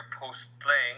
post-playing